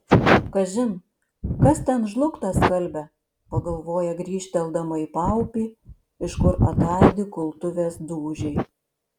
kažin kas ten žlugtą skalbia pagalvoja grįžteldama į paupį iš kur ataidi kultuvės dūžiai